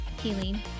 healing